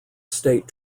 state